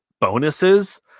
bonuses